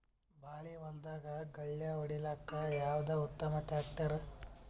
ಬಾಳಿ ಹೊಲದಾಗ ಗಳ್ಯಾ ಹೊಡಿಲಾಕ್ಕ ಯಾವದ ಉತ್ತಮ ಟ್ಯಾಕ್ಟರ್?